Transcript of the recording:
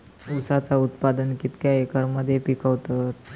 ऊसाचा उत्पादन कितक्या एकर मध्ये पिकवतत?